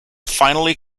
finally